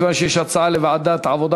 מכיוון שיש הצעה להעביר לוועדת העבודה